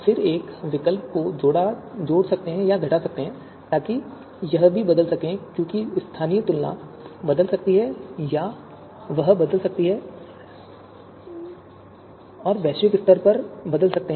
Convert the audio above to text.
और फिर एक विकल्प का जोड़ या घटाव ताकि यह भी बदल सके क्योंकि स्थानीय तुलना बदल सकती है या यह बदल सकती है यह वैश्विक स्तर पर बदल सकती है